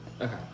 Okay